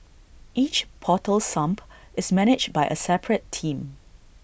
each portal sump is managed by A separate team